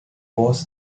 was